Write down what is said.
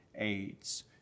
AIDS